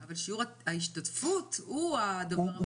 אבל שיעור ההשתתפות הוא הדבר המדאיג.